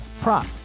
prop